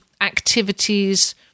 activities